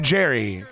Jerry